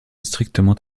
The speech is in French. strictement